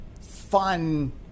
fun